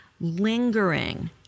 lingering